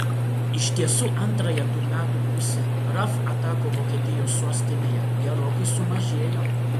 iš tiesų antrąją tų metų pusę raf atakų vokietijos sostinėje gerokai sumažėjo